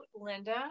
Linda